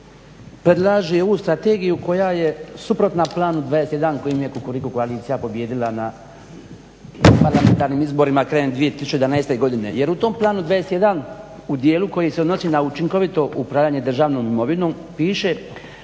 čak predlaže ovu strategiju koja je suprotna Planu 21 kojim je Kukuriku koalicija pobijedila na parlamentarnim izborima krajem 2011. godine. Jer u tom Planu 21 u dijelu koji se odnosi na učinkovito upravljanje državnom imovinom piše